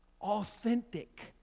authentic